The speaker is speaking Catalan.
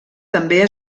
també